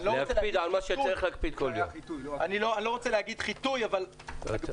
אני לא רוצה להגיד חיטוי --- להקפיד על מה שצריך להקפיד כל יום.